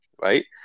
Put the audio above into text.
right